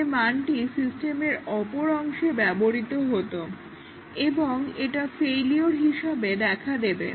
যে মানটি সিস্টেমের অপর অংশে ব্যবহৃত হতো এবং এটা ফেইলিওর হিসাবে দেখা দেবে